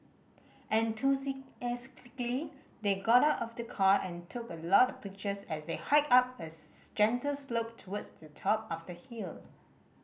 enthusiastically they got out of the car and took a lot of pictures as they hiked up a gentle slope towards the top of the hill